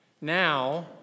Now